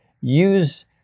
use